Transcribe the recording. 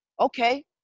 okay